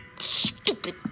Stupid